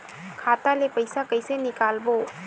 खाता ले पईसा कइसे निकालबो?